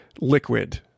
liquid